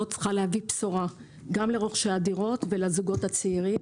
צריכה להביא בשורה גם לרוכשי הדירות ולזוגות הצעירים.